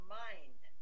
mind